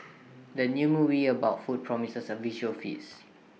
the new movie about food promises A visual feast